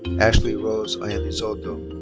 ashley rose iannizoto.